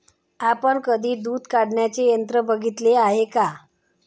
आपण कधी दूध काढण्याचे यंत्र बघितले आहे का?